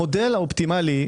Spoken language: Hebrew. המודל האופטימלי,